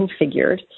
configured